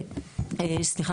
סליחה,